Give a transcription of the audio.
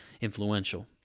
influential